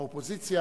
האופוזיציה,